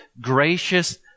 gracious